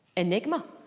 enigma.